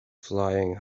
flying